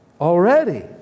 Already